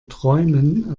träumen